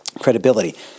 credibility